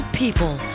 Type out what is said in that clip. people